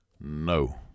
No